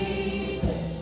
Jesus